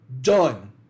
done